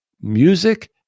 music